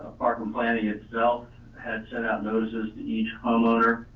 apart from planning itself had sent out notices to each homeowner.